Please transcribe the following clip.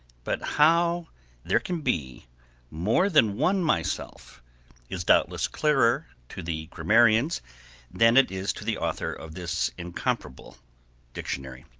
but how there can be more than one myself is doubtless clearer to the grammarians than it is to the author of this incomparable dictionary.